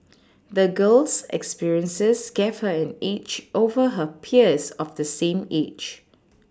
the girl's experiences gave her an edge over her peers of the same age